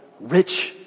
rich